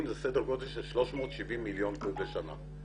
הוא סדר גודל של 370 מיליון קוב לשנה.